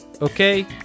okay